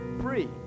free